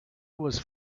was